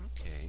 Okay